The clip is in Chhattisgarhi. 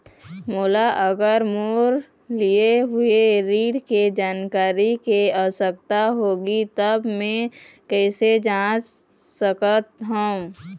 मोला अगर मोर लिए हुए ऋण के जानकारी के आवश्यकता होगी त मैं कैसे जांच सकत हव?